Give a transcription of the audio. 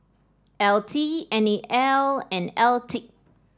L T N E L and L T